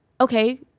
Okay